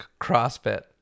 crossfit